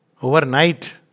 Overnight